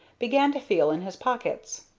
began to feel in his pockets.